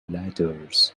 ladders